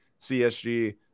CSG